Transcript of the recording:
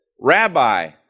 Rabbi